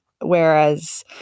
whereas